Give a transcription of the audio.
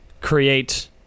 create